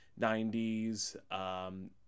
90s